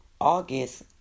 August